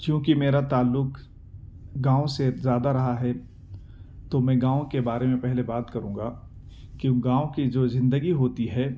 چونکہ میرا تعلق گاؤں سے زیادہ رہا ہے تو میں گاؤں کے بارے میں پہلے بات کروں گا کہ گاؤں کی جو زندگی ہوتی ہے